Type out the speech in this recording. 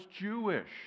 Jewish